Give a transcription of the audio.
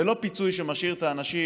ולא פיצוי שמשאיר את האנשים